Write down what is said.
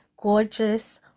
gorgeous